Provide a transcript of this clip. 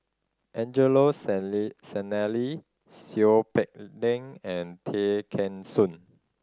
Angelo Sanelli Seow Peck Leng and Tay Kheng Soon